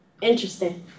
interesting